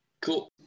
Cool